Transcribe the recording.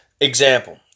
Example